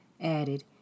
added